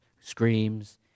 screams